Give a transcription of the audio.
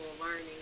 learning